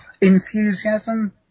enthusiasm